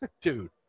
Dude